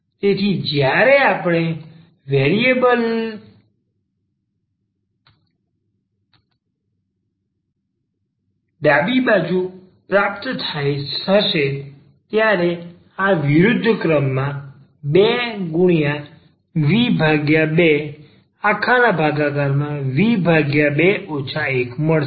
તેથી જ્યારે આપણે ડાબી બાજુ પ્રાપ્ત થશે ત્યારે આ વિરુદ્ધ ક્રમમાં 2v2 v2 1 મળશે